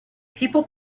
people